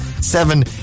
seven